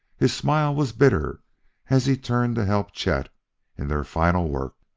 his smile was bitter as he turned to help chet in their final work.